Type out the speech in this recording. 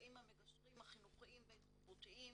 נמצאים המגשרים החינוכיים בין תרבותיים,